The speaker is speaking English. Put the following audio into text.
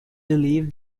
believe